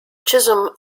chisholm